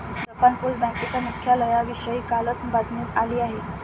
Japan post बँकेच्या मुख्यालयाविषयी कालच बातमी आली आहे